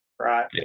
right